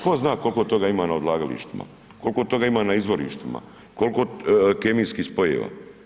Ko zna kolko toga ima na odlagalištima, kolko toga ima na izvorištima, kolko kemijskih spojeva.